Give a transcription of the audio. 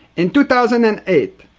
in two thousand and eight,